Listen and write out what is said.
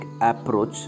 approach